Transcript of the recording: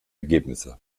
ergebnisse